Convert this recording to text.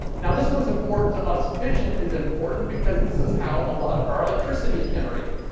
now, this one's important to us. fission is important because this is how a lot of our electricity is generated.